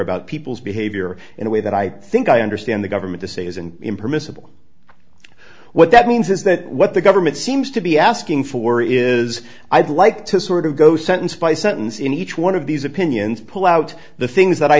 about people's behavior in a way that i think i understand the government to say is an impermissible what that means is that what the government seems to be asking for is i'd like to sort of go sentence by sentence in each one of these opinions pull out the things that i